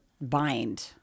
bind